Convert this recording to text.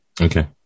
Okay